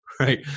right